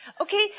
Okay